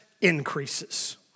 increases